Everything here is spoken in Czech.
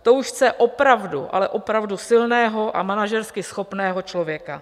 To už chce opravdu, ale opravdu silného a manažersky schopného člověka.